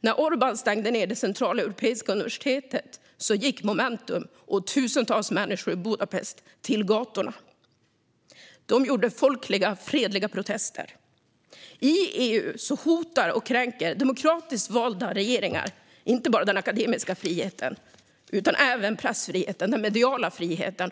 När Orbán stängde ned Centraleuropeiska universitetet gick Momentum och tusentals människor i Budapest ut på gatorna i fredliga folkliga protester. I EU hotar och kränker demokratiskt valda regeringar inte bara den akademiska friheten utan även pressfriheten, den mediala friheten.